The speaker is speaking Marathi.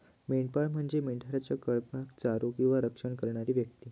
मेंढपाळ म्हणजे मेंढरांच्या कळपाक चारो किंवा रक्षण करणारी व्यक्ती